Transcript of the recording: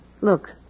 Look